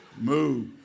move